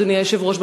אדוני היושב-ראש,